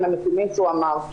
ועם הנתונים שהוא אמר.